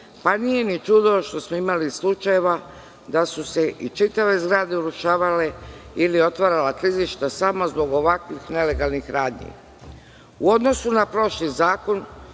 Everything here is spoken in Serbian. pa nije ni čudo što smo imali slučajeva da su se i čitave zgrade urušavale ili otvarala klizišta samo zbog ovakvih nelegalnih radnji.U odnosu na prošli zakon,